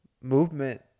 movement